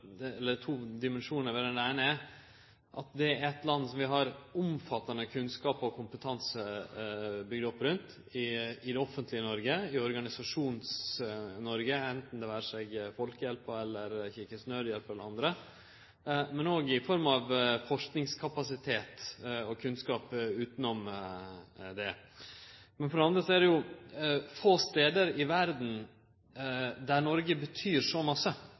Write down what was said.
omfattande kunnskap og kompetanse bygd opp rundt i det offentlege Noreg, i Organisasjons-Noreg, det vere seg Norsk Folkehjelp, Kirkens Nødhjelp eller andre, men òg i form av forskingskapasitet og kunnskap utanom det. For det andre er det få stader i verda der Noreg betyr så